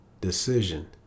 decision